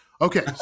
okay